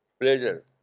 pleasure